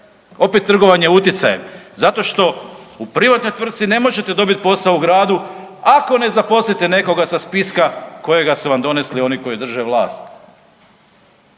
opet trgovanje utjecajem. Zato što u privatnoj tvrtci ne možete dobiti posao u gradu, ako ne zaposlite nekoga sa spiska kojega su vam donesli oni koji drže vlast.